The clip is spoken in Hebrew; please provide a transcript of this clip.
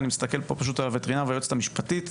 אני מסתכל על הווטרינר והיועצת המשפטית.